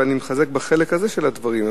ואני מחזק בחלק הזה של הדברים,